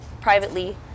privately